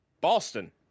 Boston